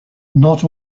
not